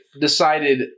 decided